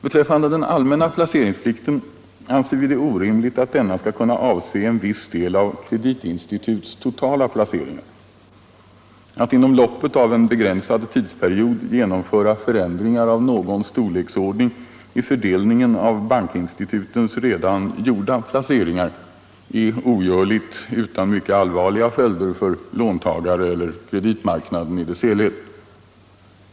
Beträffande den allmänna placeringsplikten anser vi det orimligt att denna skall kunna avse en viss andel av kreditinstituts totala placeringar. Att inom loppet av en begränsad tidsperiod genomföra förändringar av någon storleksordning i fördelningen av bankinstitutens redan gjorda placeringar är ogörligt utan mycket allvarliga följder för låntagare eller kreditmarknaden i dess helhet.